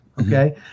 okay